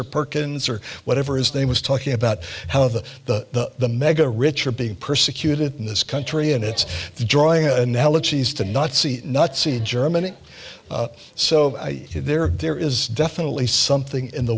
or perkins or whatever his name was talking about how the the the mega rich are being persecuted in this country and it's drawing analogies to nazi nazi germany so there there is definitely something in the